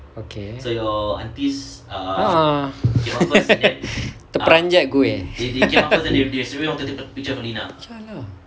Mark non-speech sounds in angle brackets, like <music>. okay ah <laughs> terperanjat gue <laughs> [sial] lah